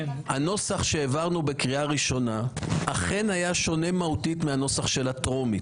הנוסח שהעברנו בקריאה ראשונה אכן היה שונה מהותית מהנוסח של הטרומית.